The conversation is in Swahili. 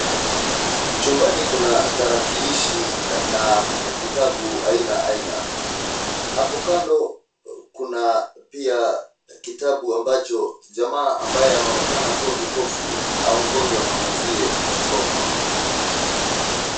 Chumbani kuna tarakilishi na vitabu aina aina. Hapo kando kuna pia kitabu ambacho jamaa ambaye anaonekana kuwa kipofu aongozwa na mwenzio kukisoma.